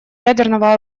ядерного